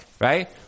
Right